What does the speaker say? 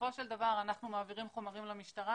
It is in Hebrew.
בסופו של דבר אנחנו מעבירים חומרים למשטרה.